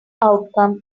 outcome